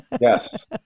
Yes